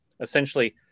essentially